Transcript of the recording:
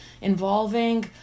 involving